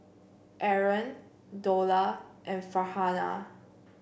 Aaron Dollah and Farhanah